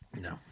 No